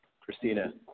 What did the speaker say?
Christina